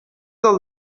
del